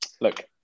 Look